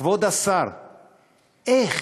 כבוד השר, איך?